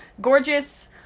Gorgeous